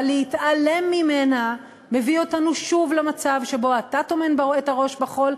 אבל להתעלם ממנה מביא אותנו שוב למצב שבו אתה טומן את הראש בחול,